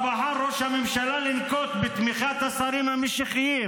שבה בחר ראש הממשלה לנקוט בתמיכת השרים המשיחיים